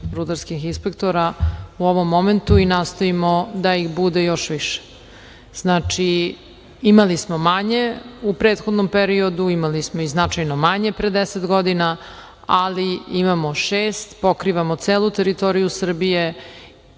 rudarskih inspektora u ovom momentu i nastojimo da ih bude još više. Znači, imali smo manje u prethodnom periodu, imali smo i značajno manje pre 10 godina, ali imamo šest, pokrivamo celu teritoriju Srbije.